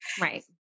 Right